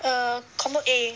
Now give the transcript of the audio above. err combo A